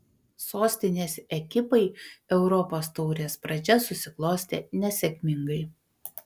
sostinės ekipai europos taurės pradžia susiklostė nesėkmingai